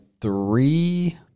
three